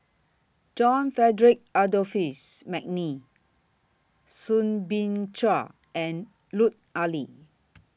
John Frederick Adolphus Mcnair Soo Bin Chua and Lut Ali